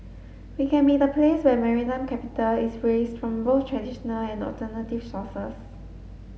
we can be the place where maritime capital is raised from both traditional and alternative sources